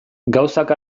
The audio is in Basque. gauzak